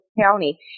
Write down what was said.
County